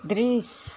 दृश्य